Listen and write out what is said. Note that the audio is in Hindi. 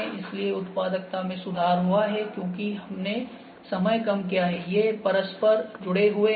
इसलिए उत्पादकता में सुधार हुआ हैं क्योंकि हमने समय कम किया है ये परस्पर जुड़े हुए हैं